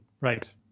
Right